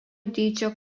dydžio